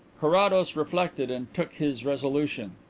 carrados reflected and took his resolution.